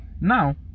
now